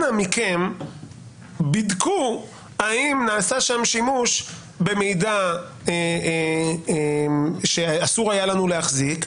אנא מכם בדקו האם נעשה שם שימוש במידע שאסור היה לנו להחזיק,